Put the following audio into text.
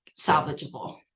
salvageable